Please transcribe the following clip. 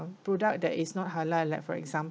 product that is not halal like for example